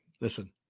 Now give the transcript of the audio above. listen